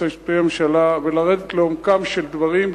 המשפטי לממשלה ולרדת לעומקם של דברים,